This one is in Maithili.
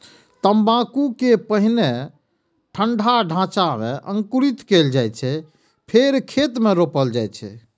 तंबाकू कें पहिने ठंढा ढांचा मे अंकुरित कैल जाइ छै, फेर खेत मे रोपल जाइ छै